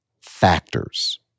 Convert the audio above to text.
factors